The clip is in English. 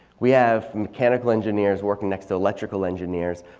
we have mechanical engineers working next to electrical engineers.